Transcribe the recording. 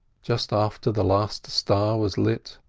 just after the last star was lit,